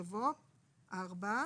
יבוא - "(4)